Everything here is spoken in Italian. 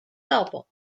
dopo